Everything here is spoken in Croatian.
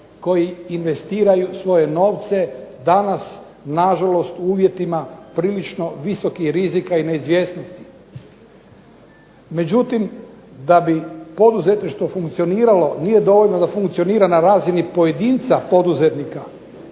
koji investiraju svoje novce danas nažalost u uvjetima. prilično visokih rizika i neizvjesnosti. Međutim, da bi poduzetništvo funkcioniralo nije dovoljno da funkcionira na razini pojedinca poduzetnika